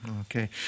Okay